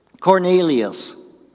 Cornelius